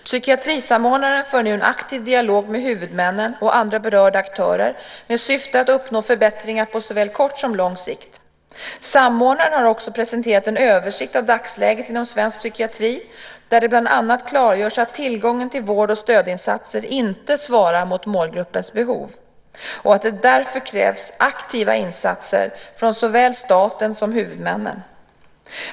Psykiatrisamordnaren för nu en aktiv dialog med huvudmännen och andra berörda aktörer med syfte att uppnå förbättringar på såväl kort som lång sikt. Samordnaren har också presenterat en översikt av dagsläget inom svensk psykiatri, där det bland annat klargörs att tillgången till vård och stödinsatser inte svarar mot målgruppens behov och att det därför krävs aktiva insatser från såväl staten som huvudmännen.